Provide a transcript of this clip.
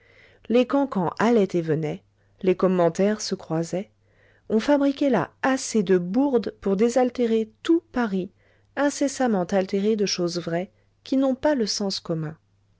les cancans allaient et venaient les commentaires se croisaient on fabriquait là assez de bourdes pour désaltérer tout paris incessamment altéré de choses vraies qui n'ont pas le sens commun